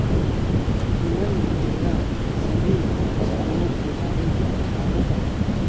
तुमन मन मोला सीबिल स्कोर के बारे म बताबो का?